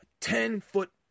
Ten-foot